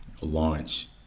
launch